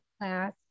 class